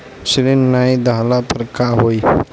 ऋण नही दहला पर का होइ?